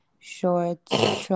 shorts